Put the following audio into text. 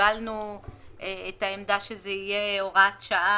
וקיבלנו את העמדה שזה יהיה הוראת שעה